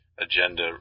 agenda